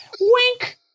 wink